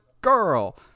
girl